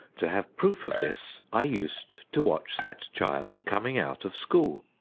to have proof of this, i used to watch that child coming out of school.